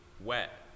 wet